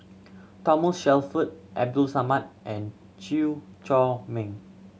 Thomas Shelford Abdul Samad and Chew Chor Meng